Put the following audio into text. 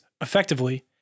effectively